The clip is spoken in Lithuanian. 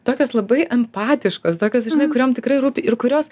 tokios labai empatiškos tokios žinai kuriom tikrai rūpi ir kurios